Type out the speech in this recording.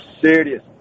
serious